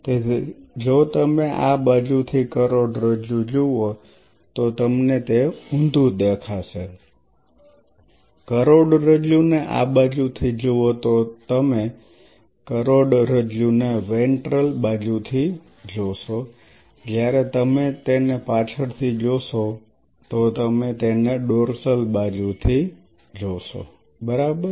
તેથી જો તમે આ બાજુથી કરોડરજ્જુ જુઓ તો તમને ઊંધું દેખાશે કરોડરજ્જુ ને આ બાજુ થી જુઓ તો તમે કરોડરજ્જુને વેન્ટ્રલ બાજુથી જોશો જ્યારે જો તમે તેને પાછળથી જોશો તો તમે તેને ડોર્સલથી બાજુ થી જોશો બરાબર